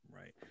right